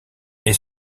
est